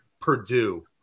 Purdue